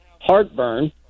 heartburn